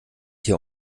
hier